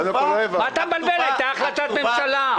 מה אתה מבלבל, הייתה החלטת ממשלה.